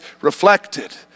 reflected